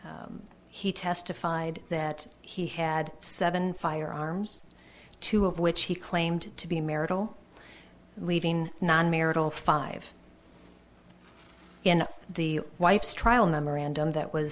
he testified that he had seven firearms two of which he claimed to be marital leaving non marital five in the wife's trial memorandum that was